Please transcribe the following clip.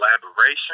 collaboration